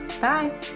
Bye